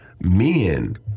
men